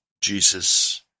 Jesus